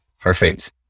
Perfect